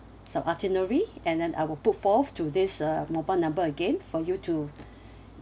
some itinerary and then I will put forth to this uh mobile number again for you to